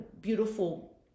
beautiful